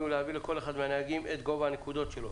ולהעביר לכל אחד מהנהגים את גובה הנקודות שלו,